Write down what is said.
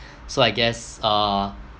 so I guess err